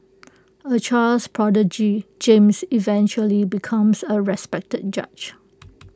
A child's prodigy James eventually becomes A respected judge